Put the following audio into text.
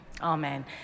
Amen